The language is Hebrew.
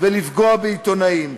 ולפגוע בעיתונאים.